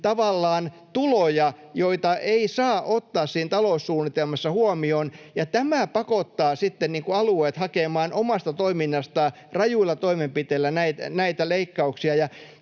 tavallaan tuloja, joita ei saa ottaa siinä taloussuunnitelmassa huomioon, ja tämä pakottaa sitten alueet hakemaan omasta toiminnastaan rajuilla toimenpiteillä leikkauksia.